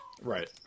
Right